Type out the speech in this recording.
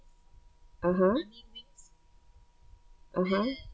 (uh huh) (uh huh)